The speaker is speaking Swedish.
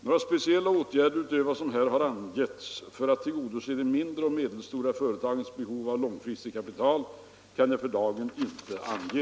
Några speciella åtgärder utöver vad som här har angetts för att tillgodose de mindre och medelstora företagens behov av långfristigt kapital kan jag för dagen inte ange.